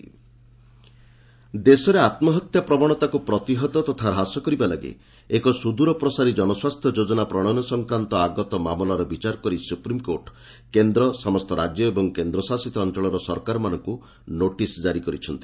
SC suicide ଦେଶରେ ଆତ୍ମହତ୍ୟା ପ୍ରବଣତାକୁ ପ୍ରତିହତ ତଥା ହ୍ରାସ କରିବା ଲାଗି ଏକ ସୁଦୂର ପ୍ରସାରୀ ଜନସ୍ୱାସ୍ଥ୍ୟ ଯୋଜନା ପ୍ରଶୟନ ସଂକ୍ରାନ୍ତ ଆଗତ ମାମଲାର ବିଚାର କରି ସୁପ୍ରିମ୍କୋର୍ଟ କେନ୍ଦ୍ର ସମସ୍ତ ରାଜ୍ୟ ଏବଂ କେନ୍ଦ୍ରଶାସିତ ଅଞ୍ଚଳର ସରକାରିମାନଙ୍କୁ ନୋଟିସ୍ ଜାରି କରିଛନ୍ତି